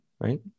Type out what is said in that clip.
right